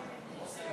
רז.